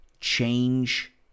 change